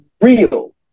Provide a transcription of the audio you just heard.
real